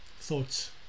thoughts